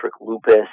lupus